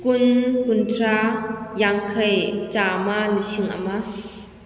ꯀꯨꯟ ꯀꯨꯟꯊ꯭ꯔꯥ ꯌꯥꯡꯈꯩ ꯆꯥꯃ ꯂꯤꯁꯤꯡ ꯑꯃ